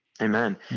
Amen